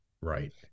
Right